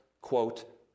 quote